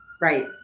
Right